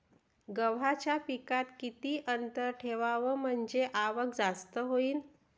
गव्हाच्या पिकात किती अंतर ठेवाव म्हनजे आवक जास्त होईन?